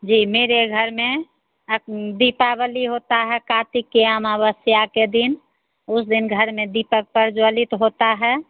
जी मेरे घर में एक दीपावली होता है कार्तिक की अमावस्या के दिन उस दिन घर में दीपक प्रज्वलित होता है